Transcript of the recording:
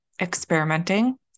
experimenting